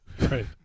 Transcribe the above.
Right